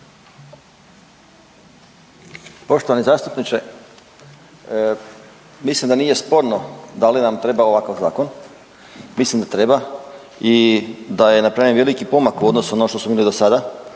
Poštovani zastupniče, mislim da nije sporno da li nam treba ovakav zakon. Mislim da treba i da je napravljen veliki pomak u odnosu na ono što smo imali do sada